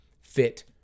fit